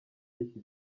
y’iki